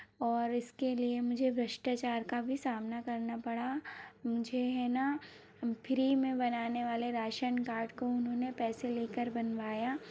और इसके लिए मुझे भ्रष्टाचार का भी सामना करना पड़ा मुझे है ना फ्री में बनाने वाले राशन कार्ड को उन्होंने पैसे लेकर बनवाया